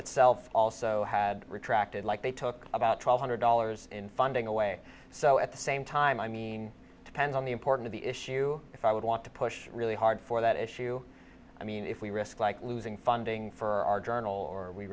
itself also had retracted like they took about twelve hundred dollars in funding away so at the same time i mean depends on the important the issue if i would want to push really hard for that issue i mean if we risk like losing funding for our journal or we